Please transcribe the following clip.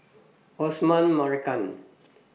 Osman Merican